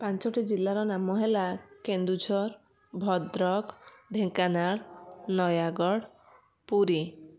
ପାଞ୍ଚଟି ଜିଲ୍ଲାର ନାମ ହେଲା କେନ୍ଦୁଝର ଭଦ୍ରକ ଢ଼େଙ୍କାନାଳ ନୟାଗଡ଼ ପୁରୀ